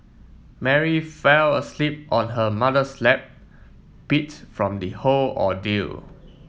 Mary fell asleep on her mother's lap beats from the whole ordeal